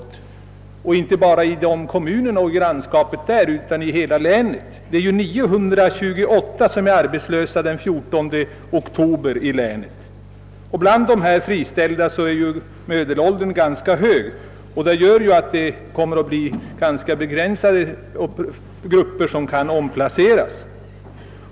Detta gäller inte bara i de aktuella kommunerna och deras grannskap utan det gäller hela länet. Den 14 oktober fanns 928 arbetslösa i länet, och bland de friställda är medelåldern ganska hög, vilket gör att ett ganska begränsat antal kommer att kunna omplaceras.